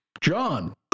John